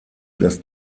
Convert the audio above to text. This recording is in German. das